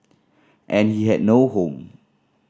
and he had no home